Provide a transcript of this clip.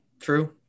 True